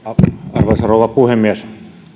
arvoisa rouva puhemies